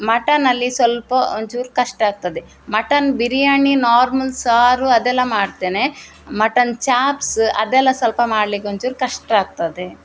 ಮಟನಲ್ಲಿ ಸ್ವಲ್ಪ ಒಂಚೂರು ಕಷ್ಟ ಆಗ್ತದೆ ಮಟನ್ ಬಿರಿಯಾನಿ ನಾರ್ಮಲ್ ಸಾರು ಅದೆಲ್ಲ ಮಾಡ್ತೇನೆ ಮಟನ್ ಚಾಪ್ಸ್ ಅದೆಲ್ಲ ಸ್ವಲ್ಪ ಮಾಡಲಿಕ್ಕೆ ಒಂಚೂರು ಕಷ್ಟ ಆಗ್ತದೆ